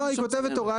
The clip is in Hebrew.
לא, היא כותבת הוראה